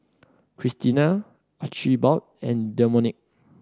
Krystina Archibald and Domenic